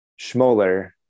Schmoller